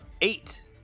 eight